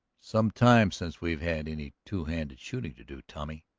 some time since we've had any two-handed shooting to do, tommy,